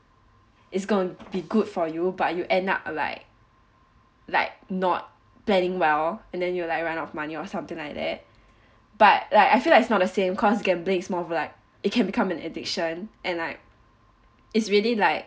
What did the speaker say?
it's going to be good for you but you end up like like not planning well and then you like run out of money or something like that but like I feel like it's not the same cause gambling is more of like it can become an addiction and like it's really like